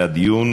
וההתיישבות.